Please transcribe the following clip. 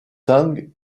tang